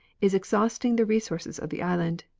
is exhausting the resources of the island,